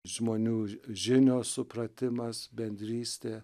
žmonių žinios supratimas bendrystė